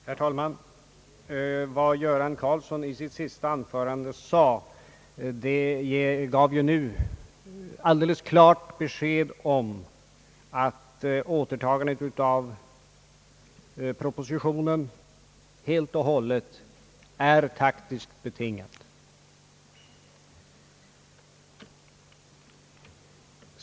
Herr talman! Vad herr Göran Karlsson sade i sitt senaste anförande gav ju alldeles klart besked om att återtagandet av propositionen är helt och hållet taktiskt betingat.